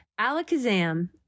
alakazam